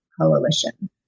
coalition